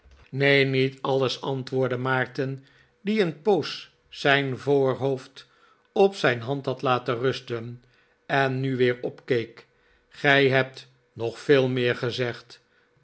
neen niet alles antwoordde maarten die een poos zijn voorhoofd op zijn hand had laten rusten en nu weer opkeek gij hebt nog veel meer gezegd